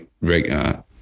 regular